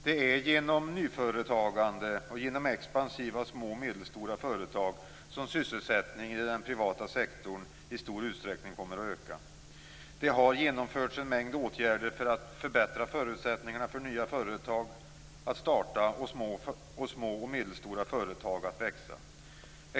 Det är genom nyföretagande och genom expansiva små och medelstora företag som sysselsättningen i den privata sektorn i stor utsträckning kommer att öka. Det har genomförts en mängd åtgärder för att förbättra förutsättningarna för nya företag att starta och för små och medelstora företag att växa.